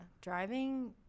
driving